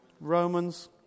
Romans